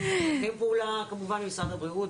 ואנחנו משתפים פעולה כמובן עם משרד הבריאות,